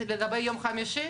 שאלה בקשר לסעיפים האלה.